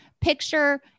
picture